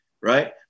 right